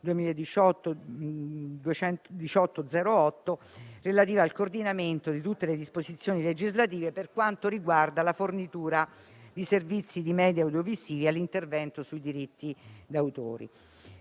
2018/1808 relativa al coordinamento di determinate disposizioni legislative per quanto riguarda la fornitura di servizi di media audiovisivi all'intervento sui diritti d'autore.